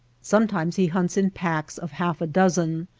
some times he hunts in packs of half a dozen,